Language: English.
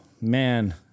man